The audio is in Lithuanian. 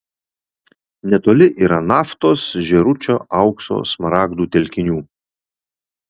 netoli yra naftos žėručio aukso smaragdų telkinių